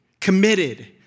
committed